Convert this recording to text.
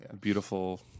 Beautiful